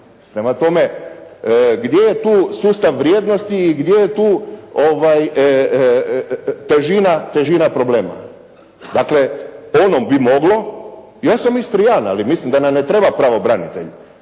Prema tome, gdje je tu sustav vrijednosti i gdje je tu težina problema? Dakle, ono bi moglo. Ja sam Istrijan, ali mislim da nam ne treba pravobranitelj,